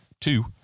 two